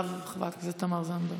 ואחריו, חברת הכנסת תמר זנדברג.